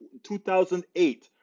2008